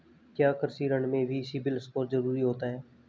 क्या कृषि ऋण में भी सिबिल स्कोर जरूरी होता है?